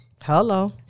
hello